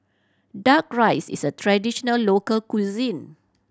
Duck Rice is a traditional local cuisine